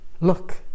look